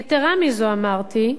יתירה מזה, אמרתי,